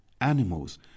animals